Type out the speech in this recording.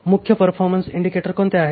मुख्य performance indicator कोणते आहेत